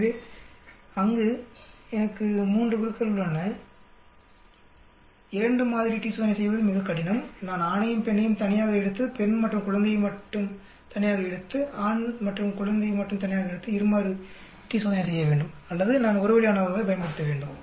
எனவே அங்கு எனக்கு 3 குழுக்கள் உள்ளன 2 மாதிரி டி சோதனை செய்வது மிகவும் கடினம் நான் ஆணையும் பெண்ணையும் தனியாக எடுத்து பெண் மற்றும் குழந்தை மட்டும் தனியாக எடுத்து ஆண் மற்றும் குழந்தை மட்டும் தனியாக எடுத்து இரு மாதிரி டி சோதனை செய்ய வேண்டும் அல்லது நான் ஒரு வழி அநோவாவை பயன்படுத்த வேண்டும்